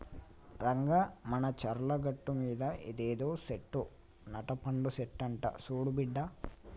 రంగా మానచర్ల గట్టుమీద ఇదేదో సెట్టు నట్టపండు సెట్టంట సూడు బిడ్డా